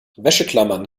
wäscheklammern